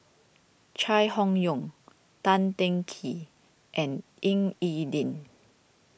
Chai Hon Yoong Tan Teng Kee and Ying E Ding